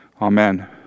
Amen